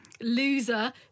loser